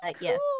yes